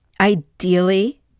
Ideally